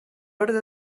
ordre